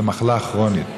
זו מחלה כרונית.